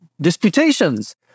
disputations